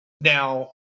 now